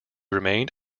remained